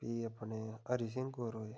फ्ही अपने हरि सिंह होर होए